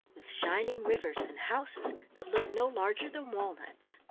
with shining rivers, and houses that looked no larger than walnuts.